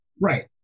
Right